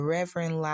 Reverend